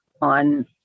on